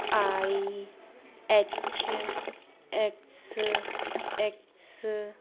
I H X X